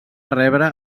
rebre